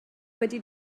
wedi